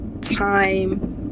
time